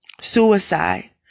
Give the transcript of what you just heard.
Suicide